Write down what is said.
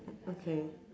okay